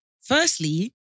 Firstly